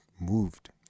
moved